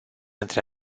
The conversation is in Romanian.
între